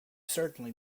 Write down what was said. certainly